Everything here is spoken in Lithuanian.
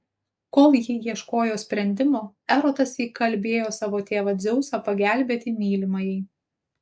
kol ji ieškojo sprendimo erotas įkalbėjo savo tėvą dzeusą pagelbėti mylimajai